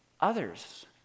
others